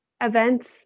events